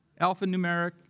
alphanumeric